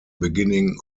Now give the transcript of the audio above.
beginning